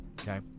okay